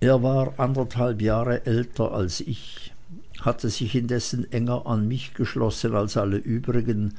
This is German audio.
er war anderthalb jahre älter als ich hatte sich indessen enger an mich geschlossen als alle übrigen